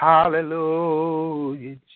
Hallelujah